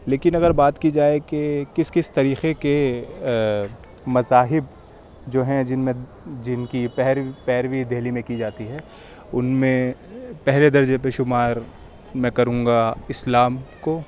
لیکن اگر بات کی جائے کہ کس کس طریقے کے مذاہب جو ہیں جن میں جن کی پیروی پیروی دہلی میں کی جاتی ہے ان میں پہلے درجے پہ شمار میں کروں گا اسلام کو